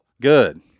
Good